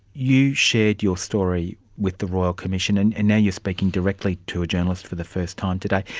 you shared your story with the royal commission and and now you're speaking directly to a journalist for the first time today.